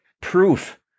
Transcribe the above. Proof